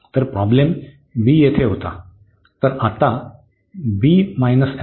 तर समस्या b येथे होती